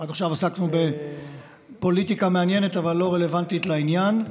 עד עכשיו עסקנו בפוליטיקה מעניינת אבל לא רלוונטית לעניין.